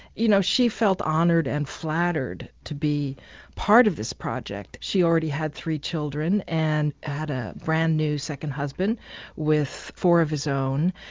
you know she felt honoured and flattered to be part of this project. she already had three children and had a brand new second husband with four of his own.